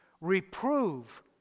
reprove